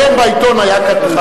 היום בעיתון היה כתוב,